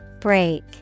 Break